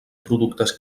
productes